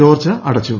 ചോർച്ച അടച്ചു